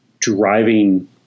driving –